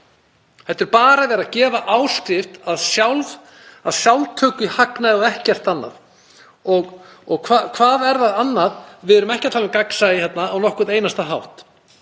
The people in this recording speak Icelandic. Það er bara verið að gefa áskrift að sjálftöku í hagnaði og ekkert annað. Hvað er það annað? Við erum ekki að tala um gagnsæi á nokkurn einasta hátt.